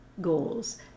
goals